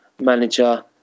manager